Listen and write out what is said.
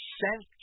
sent